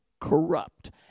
corrupt